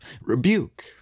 rebuke